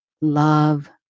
love